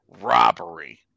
robbery